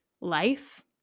life